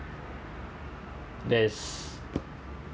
there’s